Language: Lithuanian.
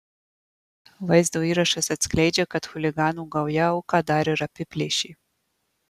vaizdo įrašas atskleidžia kad chuliganų gauja auką dar ir apiplėšė